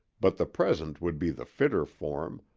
but the present would be the fitter form,